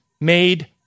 made